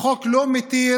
החוק לא מתיר